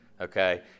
okay